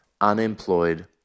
unemployed